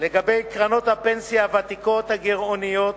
לגבי קרנות הפנסיה הוותיקות הגירעוניות.